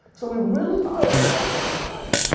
so we really are in a hi-tech society.